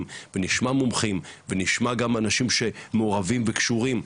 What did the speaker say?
ונשמע מומחים ונשמע גם אנשים שמעורבים וקשורים,